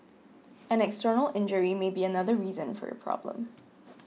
an external injury may be another reason for your problem